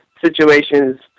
situations